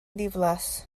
ddiflas